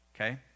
okay